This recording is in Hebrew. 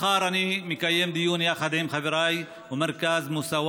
מחר אני אקיים דיון יחד עם חבריי במרכז מוסאוא